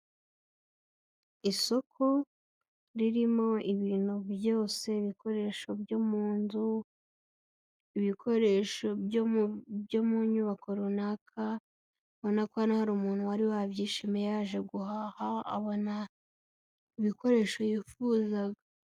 Isoko ririmo ibintu byose, ibikoresho byo mu nzu, ibikoresho byo mu nyubako runaka, Ubona ko hari umuntu wari wabyishimiye yaje guhaha, abona ibikoresho yifuzaga.